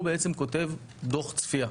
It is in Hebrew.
הוא בעצם כותב דוח צפייה.